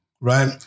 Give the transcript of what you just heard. right